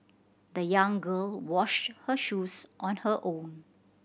the young girl washed her shoes on her own